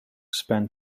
spend